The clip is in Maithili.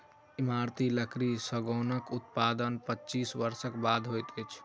इमारती लकड़ी सागौनक उत्पादन पच्चीस वर्षक बाद होइत अछि